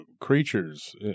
creatures